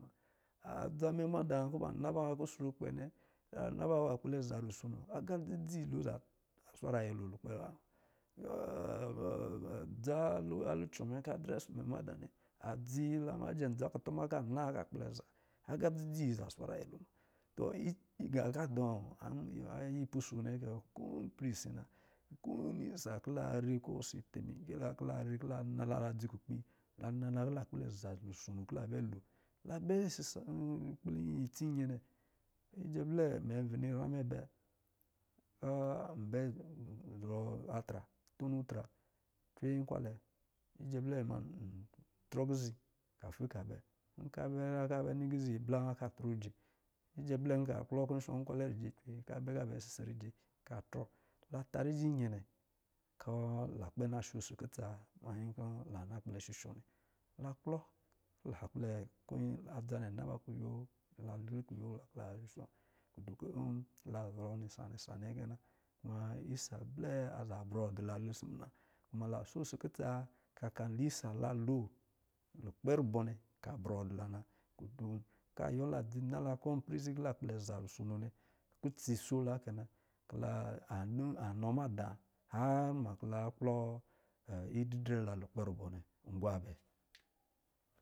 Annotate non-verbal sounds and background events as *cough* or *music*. Adra mɛ mada kɔ̄ ba naba kusrukpɛ nnɛ ba na kpɛlɛ za rusono aga dzid lo aza swara nyɛlo lukpɛ ba muna. Dza luchɔ mɛ kɔ̄ a drɛ ɔsɔ mɛ mada nnɛ adzi, la ma jɛ ndza kutuma ka na ka kpɛlɛ ya agā dzidzi za swara nyɛlɛ tɔ gā kɔ̄ adɔ̄ ayɛ ipusu nnɛ kɛna ko ipɛrɛ si na. ko mi isa kɔ̄ la ri kɔ̄ si temike la kɔ la rivɔ̄ la la, la dzi kukpi la na la kɔ̄ kpɛlɛ za rusono kɔ̄ la bɛ lo: la bɛ sisa, kpɛlɛ ttsi nyɛ nnɛ ijɛ blɛ mɛ bini nyra mɛ bɛ kɔbɛ *hesitation* tunu tra cwe nkwalɛ njɛ blɛ ma ntrɔ kizi kafi ka bɛ ka bɛ za ka bɛ ni kizi bla wa ka trɔ rijɛ njɛ blɛ nka klɔ wa kɔ̄ shɔ nkwalɛ rijɛ cwe tra ka bɛ ka bɛ sise rijɛ ka trɔ la ta rijɛ an yɛnɛ kɔ̄ la kpɛ na sho 'si kutsa manyi kɔ̄ la kpɛ na shushɔ nnɛ la klɔ kɔ̄ kpɛlɛ, ko nyɛ, adza nnɛ naba kugo, la li kiyo na shushɔ kutun kɔ̄ la zɔrɔ nisa-nisa nnɛ kɛ na. Isa blɛ aza brɔ dɔla hifi mwa la dɔ̄ shesi kutsa ka lɛ isa la lo kɔ̄ lukpɛ rubɔ nnɛ ka brɔ dɔ la na kutu kɔ̄ an yiwɔ la nala kɔ̄ ipɛrɛ si kɔ̄ la lpɛlɛ za rusono nnɛ, kutsa isho la kɛna, anu, anɔ mada yar ma kɔu la na klɔ idrɛ la lukpɛ rubɔ nnɛ. Ngwabɛ.